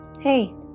Hey